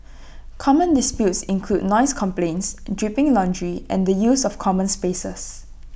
common disputes include noise complaints dripping laundry and the use of common spaces